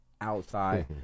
outside